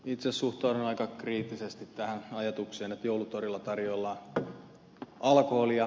itse suhtaudun aika kriittisesti tähän ajatukseen että joulutorilla tarjoillaan alkoholia